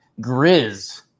Grizz